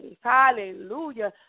Hallelujah